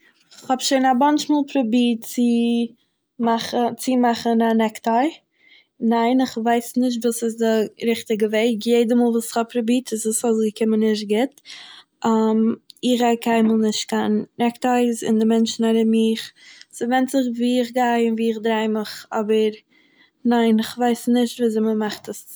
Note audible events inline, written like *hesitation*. כ'האב שוין א באוינטש מאל פראבירט צו מאכן צומאכן א נעיק-טיי, ניין איך ווייס נישט וואס איז דע ריכטיגער וועג, יעדער מאל וואס כ'האב פראבירט איז עס אויסגעקומען נישט גוט, *hesitation* איך גיי קיינמאהל נישט קיין נעיק-טיי'ס און די מענטשען ארום מיך... ס'ווענדט זיך וואו איך גיי וואו איך דריי מיך, אבער.. .ניין, איך ווייס נישט ווי אזוי מ'מאכט עס.